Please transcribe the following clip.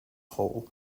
hole